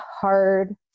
hard